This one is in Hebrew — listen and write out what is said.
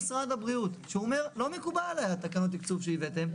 ויגיד שלא מקובלות עליו תקנות התקצוב שהבאנו,